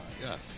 Yes